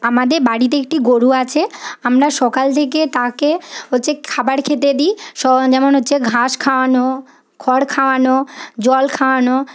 আমাদের বাড়িতে একটি গরু আছে আমরা সকাল থেকে তাকে হচ্ছে খাবার খেতে দিই যেমন হচ্ছে ঘাস খাওয়ানো খড় খাওয়ানো জল খাওয়ানো